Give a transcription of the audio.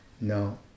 No